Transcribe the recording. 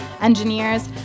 engineers